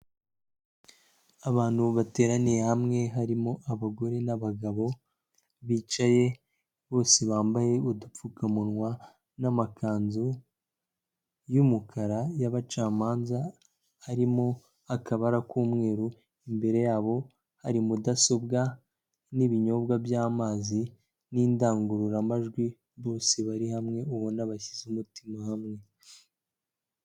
Abantu bateraniye hamwe, harimo abagore n'abagabo, bicaye bose bambaye udupfukamunwa n'amakanzu y'umukara y'abacamanza, arimo akabara k'umweru, imbere yabo hari mudasobwa n'ibinyobwa by'amazi n'indangururamajwi bose bari hamwe ubona bashyize umutima hamwe.